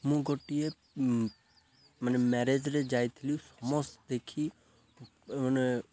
ମୁଁ ଗୋଟିଏ ମାନେ ମ୍ୟାରେଜରେ ଯାଇଥିଲି ସମସ୍ତେ ଦେଖି ମାନେ